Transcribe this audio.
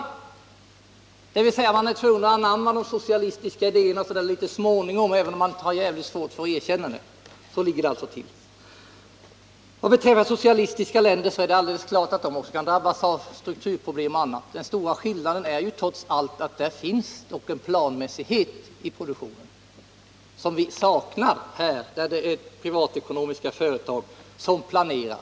Man har med andra ord så småningom blivit tvungen att anamma de socialistiska idéerna, även om man haft mycket svårt att erkänna det. Så ligger det alltså till. Vad beträffar de socialistiska länderna är det naturligtvis alldeles klart att även de kan drabbas av strukturproblem och annat. Den stora skillnaden är trots allt att det där finns en planmässighet i produktionen, som vi saknar i vårt land där det är privatekonomiska företag som planerar.